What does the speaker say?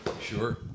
Sure